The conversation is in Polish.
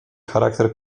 charakter